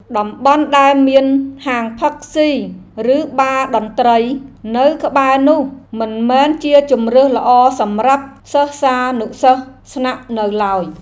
តំបន់ដែលមានហាងផឹកស៊ីឬបារតន្ត្រីនៅក្បែរនោះមិនមែនជាជម្រើសល្អសម្រាប់សិស្សានុសិស្សស្នាក់នៅឡើយ។